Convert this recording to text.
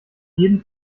jeden